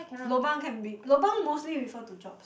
lobang can be lobang mostly refer to jobs